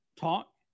talk